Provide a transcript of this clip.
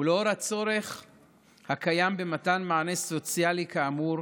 ולאור הצורך הקיים במתן מענה סוציאלי, כאמור,